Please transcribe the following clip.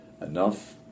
enough